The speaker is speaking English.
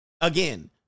again